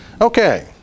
Okay